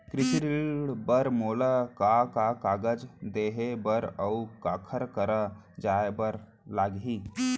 कृषि ऋण बर मोला का का कागजात देहे बर, अऊ काखर करा जाए बर लागही?